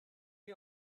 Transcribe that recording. chi